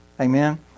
Amen